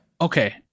okay